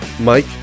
Mike